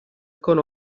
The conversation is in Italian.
con